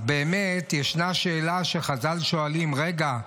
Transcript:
אז באמת ישנה שאלה שחז"ל שואלים: רגע,